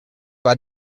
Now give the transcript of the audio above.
war